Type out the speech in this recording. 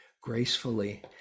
gracefully